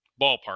ballpark